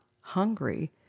hungry